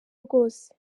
rwose